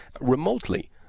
remotely